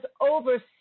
over